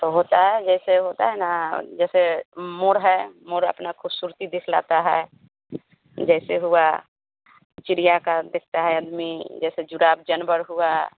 तो होता है जैसे होता है ना जैसे मोर है मोर अपना ख़ूबसूरती दिखलाता है जैसे हुआ चिड़िया का दिखता है जैसे जानवर हुआ